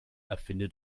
erfinde